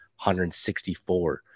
164